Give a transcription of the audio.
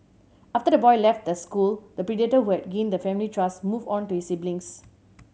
after the boy left the school the predator who had gained the family trust moved on to his siblings